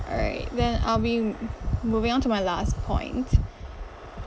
all right then I'll be moving onto my last point